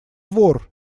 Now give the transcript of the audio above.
вор